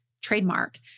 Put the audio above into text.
trademark